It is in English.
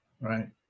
right